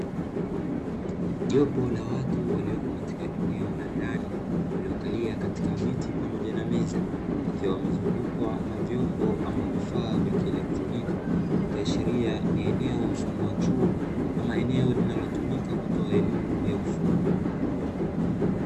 Jopo la watu waliopo katika eneo la ndani, waliokalia katika viti pamoja na meza, wakiwa wamezungukwa na vyombo, ama vifaa vya kielektroniki ikiashiria ni eneo mfano wa chuo ama eneo linalotumika kutoa elimu ya ufundi.